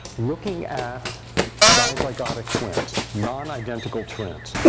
looking at dizygotic twins, non-identical twins.